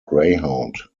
greyhound